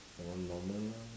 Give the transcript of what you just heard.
that one normal lah